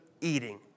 eating